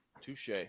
Touche